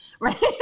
right